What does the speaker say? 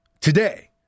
today